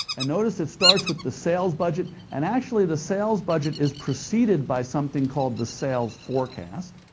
and notice it starts with the sales budget, and actually the sales budget is preceded by something called the sales forecast.